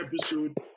episode